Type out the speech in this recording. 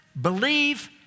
believe